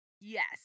Yes